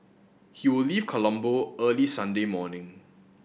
he will leave Colombo early Sunday morning